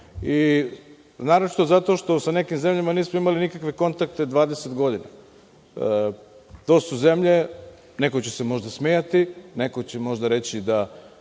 naročito zato što sa nekim zemljama nismo imali nikakve kontakte 20 godina. To su zemlje, neko će se možda smejati, neko će možda reći da